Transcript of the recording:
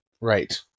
Right